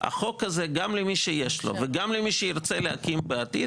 החוק הזה גם למי שיש לו וגם למי שירצה להקים בעתיד,